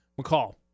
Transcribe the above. McCall